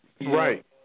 Right